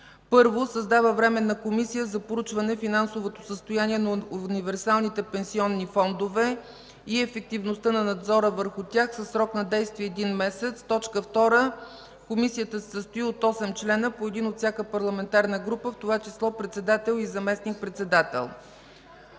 1. Създава Временна комисия за проучване финансовото състояние на универсалните пенсионни фондове и ефективността на надзора върху тях със срок на действие един месец. 2. Комисията се състои от 8 членове, по един от всяка парламентарна група, в това число председател и заместник председател.”